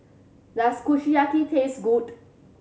does Kushiyaki taste good